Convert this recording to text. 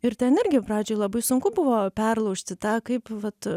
ir ten irgi pradžioj labai sunku buvo perlaužti tą kaip vat